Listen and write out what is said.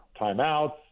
timeouts